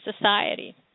society